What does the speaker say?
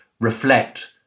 reflect